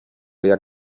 jak